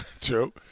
True